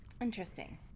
Interesting